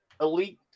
elite